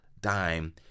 dime